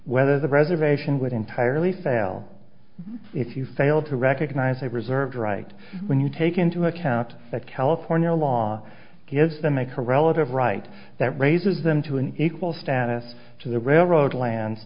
whether the reservation would entirely fail if you failed to recognize a reserve right when you take into account that california law gives them a corella right that raises them to an equal status to the railroad land